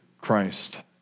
Christ